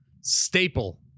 staple